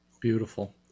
Beautiful